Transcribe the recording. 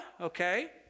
okay